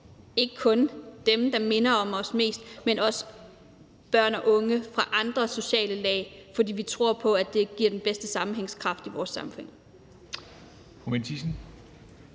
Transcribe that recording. ikke kun omgås dem, der minder om os mest, men også børn og unge fra andre sociale lag, fordi vi tror på, at det giver den bedste sammenhængskraft i vores samfund.